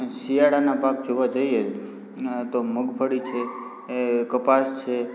અને શિયાળાના પાક જોવા જઇએ તો મગફળી છે એ કપાસ છે